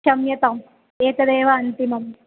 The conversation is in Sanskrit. क्षम्यताम् एतदेव अन्तिमं